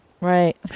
Right